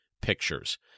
Pictures